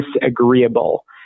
disagreeable